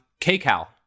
KCAL